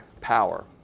power